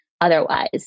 otherwise